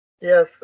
Yes